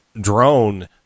drone